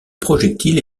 projectile